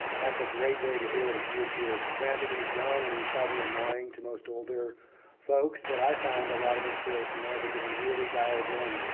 that's a great way to do it at youtube. granted he's young and he's probably annoying to most older folks. but i found a lot of inspiration there because he really dials in.